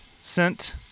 sent